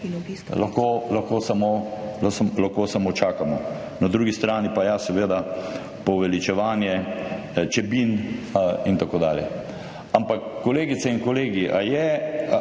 lahko samo čakamo. Na drugi strani pa ja, seveda, poveličevanje Čebin in tako dalje. Ampak, kolegice in kolegi, ali